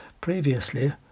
previously